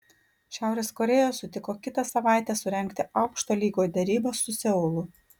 šiaurės korėja sutiko kitą savaitę surengti aukšto lygio derybas su seulu